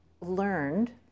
learned